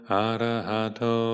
arahato